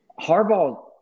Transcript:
Harbaugh